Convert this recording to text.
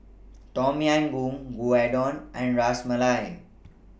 Tom Yam Goong Gyudon and Ras Malai